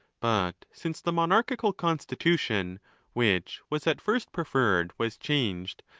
but since the monarchical constitution which was at first pre ferred was changed,